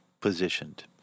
positioned